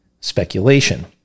speculation